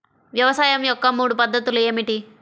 వ్యవసాయం యొక్క మూడు పద్ధతులు ఏమిటి?